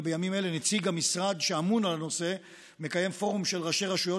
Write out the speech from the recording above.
ובימים אלה נציג המשרד שאמון על הנושא מקיים פורום של ראשי רשויות